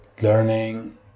learning